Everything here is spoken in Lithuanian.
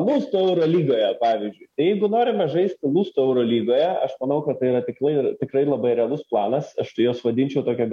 lustų euro lygoje pavyzdžiui tai jeigu norime žaisti lustų eurolygoje aš manau kad tai yra tikrai tikrai labai realus planas aš tai juos vadinčiau tokia